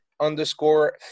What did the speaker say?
underscore